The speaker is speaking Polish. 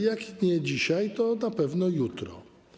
Jak nie dzisiaj, to na pewno jutro.